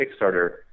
Kickstarter